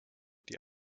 die